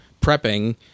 prepping